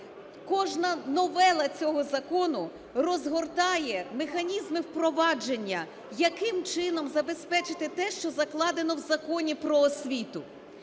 Кожна новела цього закону розгортає механізми впровадження, яким чином забезпечити те, що закладено в Законі "Про освіту".